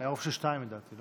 היה רוב של שניים, לדעתי.